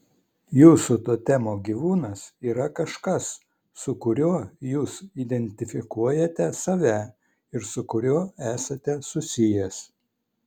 jūsų totemo gyvūnas yra kažkas su kuriuo jūs identifikuojate save ir su kuriuo esate susijęs